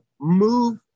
move